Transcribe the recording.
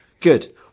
good